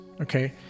Okay